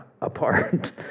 apart